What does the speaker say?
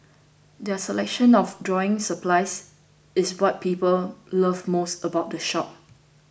their selection of drawing supplies is what people love most about the shop